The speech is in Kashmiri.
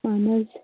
اَہن حظ